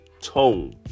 tone